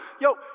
Yo